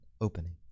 opening